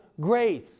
grace